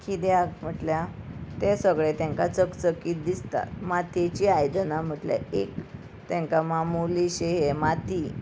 किद्याक म्हटल्या ते सगळे तेंकां चकचकीत दिसता मातयेची आयदनां म्हटल्या एक तेंकां मामोलीशे हे माती